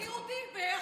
בסדר, אז שלא יזכיר אותי.